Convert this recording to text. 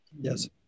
yes